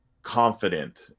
confident